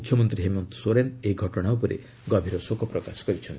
ମ୍ରଖ୍ୟମନ୍ତ୍ରୀ ହେମନ୍ତ ସୋରେନ ଏହି ଘଟଣା ଉପରେ ଗଭୀର ଶୋକ ପ୍ରକାଶ କରିଛନ୍ତି